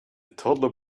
toddler